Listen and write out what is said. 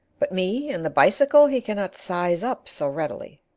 but me and the bicycle he cannot size up so readily.